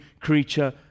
creature